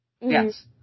Yes